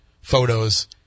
photos